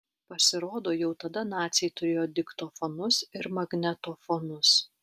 pasirodo jau tada naciai turėjo diktofonus ir magnetofonus